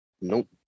Nope